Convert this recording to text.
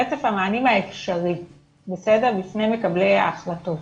רצף המענים האפשרי בפני מקבלי ההחלטות,